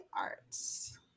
arts